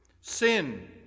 sin